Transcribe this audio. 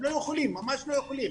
הם ממש לא יכולים.